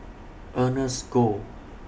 Ernest Goh